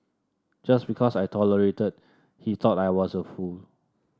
just because I tolerated he thought I was a fool